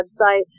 website